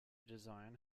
design